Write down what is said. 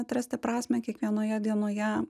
atrasti prasmę kiekvienoje dienoje